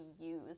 use